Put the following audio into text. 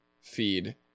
feed